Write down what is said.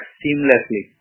seamlessly